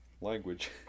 Language